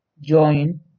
Join